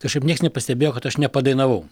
kažkaip nieks nepastebėjo kad aš nepadainavau